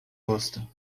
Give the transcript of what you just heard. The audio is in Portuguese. rosto